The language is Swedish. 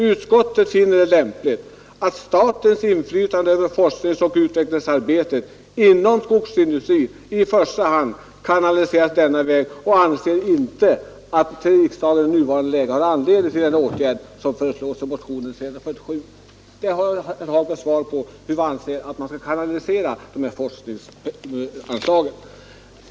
Utskottet finner det lämpligt att statens inflytande över forskningsoch utvecklingsarbetet inom skogsindustrin i första hand kanaliseras denna väg och anser inte att riksdagen i nuvarande läge har anledning till den åtgärd som föreslås i motionen 1973:347.” Där har herr Hagberg svar på hur vi anser att man skall kanalisera forskningsanslagen.